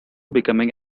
becoming